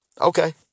okay